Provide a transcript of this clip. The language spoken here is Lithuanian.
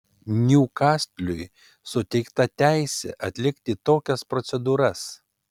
niukastliui suteikta teisė atlikti tokias procedūras